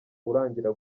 urangira